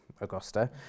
Augusta